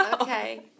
Okay